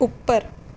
ਉੱਪਰ